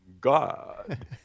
God